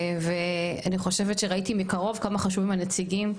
ואני חושבת שראיתי מקרוב כמה חשובים הנציגים,